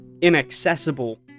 inaccessible